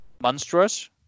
monstrous